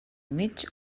mig